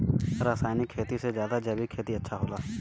रासायनिक खेती से ज्यादा जैविक खेती अच्छा होला